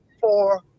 four